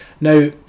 Now